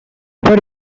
for